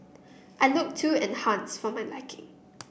I looked too enhanced for my liking